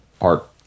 art